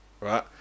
right